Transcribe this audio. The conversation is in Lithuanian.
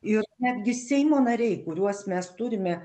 ir netgi seimo nariai kuriuos mes turime